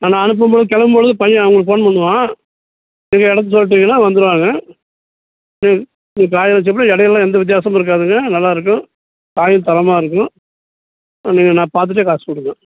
ஆ நான் அனுப்பும்போது கிளம்பும் பொழுது பையன் உங்களுக்கு ஃபோன் பண்ணுவான் நீங்கள் அனுப்ப சொல்லிட்டிங்கன்னா வந்துடுவாங்க சரி இப்போ காய் வைச்சப்பறம் எடையெல்லாம் எந்த வித்தியாசமும் இருக்காதுங்க நல்லாயிருக்கும் காயும் தரமாக இருக்கும் வந்து நான் பார்த்துட்டே காசு கொடுங்க